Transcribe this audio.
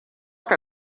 que